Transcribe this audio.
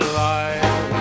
life